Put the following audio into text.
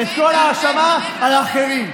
כל ההאשמה על האחרים.